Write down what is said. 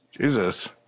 jesus